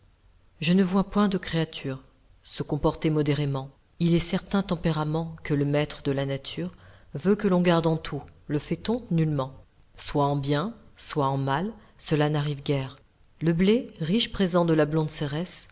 je ne vois point de créature se comporter modérément il est certain tempérament que le maître de la nature veut que l'on garde en tout le fait-on nullement soit en bien soit en mal cela n'arrive guère le blé riche présent de la blonde cérès